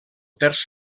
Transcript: terç